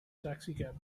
taxicab